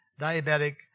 diabetic